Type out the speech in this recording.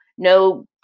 No